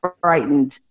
frightened